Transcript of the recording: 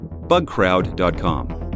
bugcrowd.com